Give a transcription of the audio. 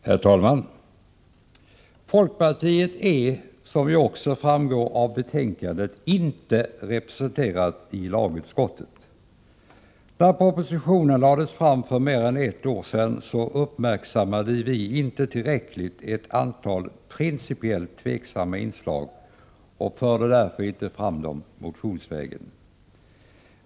Herr talman! Folkpartiet är, som ju också framgår av betänkandet, inte representerat i lagutskottet. När propositionen lades fram för mer än ett år sedan, uppmärksammade vi inte tillräckligt ett antal principiellt tveksamma inslag och förde därför inte fram vår mening motionsvägen.